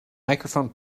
microphone